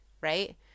right